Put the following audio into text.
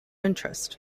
interest